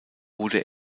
wurde